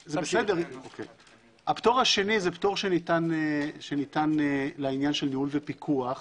הפטור השני ניתן לעניין של ניהול ופיקוח